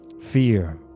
fear